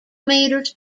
meters